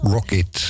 Rocket